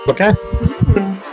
Okay